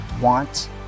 want